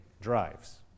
drives